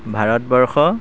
Bharatvarsha